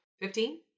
Fifteen